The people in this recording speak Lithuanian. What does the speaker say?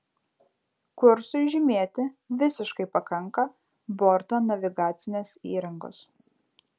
kursui žymėti visiškai pakanka borto navigacinės įrangos